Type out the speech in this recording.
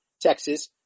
Texas